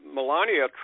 Melania